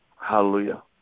Hallelujah